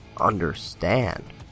understand